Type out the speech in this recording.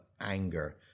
anger